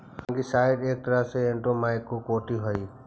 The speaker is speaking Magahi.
फंगिसाइड एक तरह के एंटिमाइकोटिक हई